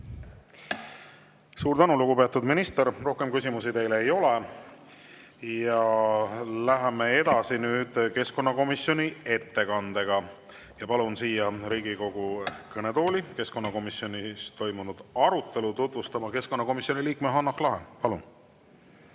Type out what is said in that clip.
Suur tänu, lugupeetud minister! Rohkem küsimusi teile ei ole. Läheme edasi keskkonnakomisjoni ettekandega. Palun siia Riigikogu kõnetooli keskkonnakomisjonis toimunud arutelu tutvustama keskkonnakomisjoni liikme Hanah Lahe. Palun!